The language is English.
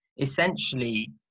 essentially